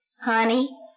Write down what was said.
Honey